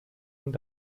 und